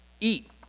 eat